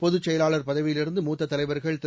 பொதுச் செயலாளர் பதவியிலிருந்து மூத்த தலைவர்கள் திரு